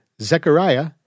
Zechariah